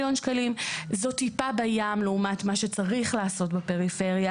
זאת טיפה בים לעומת מה שצריך לעשות בפריפריה.